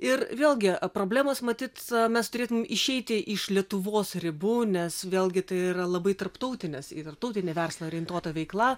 ir vėlgi problemos matyt mes turėtumėm išeiti iš lietuvos ribų nes vėlgi tai yra labai tarptautinės į tarptautinį verslą orientuota veikla